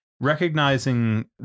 recognizing